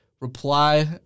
Reply